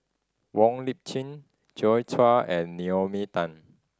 Wong Lip Chin Joi Chua and Naomi Tan